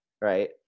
Right